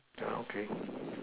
okay